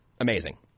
Amazing